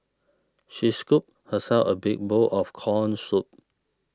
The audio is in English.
she scooped herself a big bowl of Corn Soup